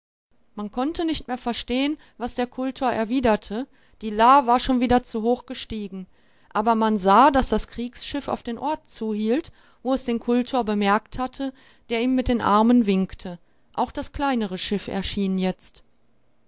man konnte nicht mehr verstehen was der kultor erwiderte die la war schon wieder zu hoch gestiegen aber man sah daß das kriegsschiff auf den ort zuhielt wo es den kultor bemerkt hatte der ihm mit den armen winkte auch das kleinere schiff erschien jetzt